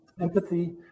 empathy